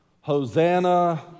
Hosanna